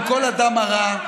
עם כל הדם הרע.